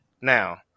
Now